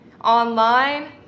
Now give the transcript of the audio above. online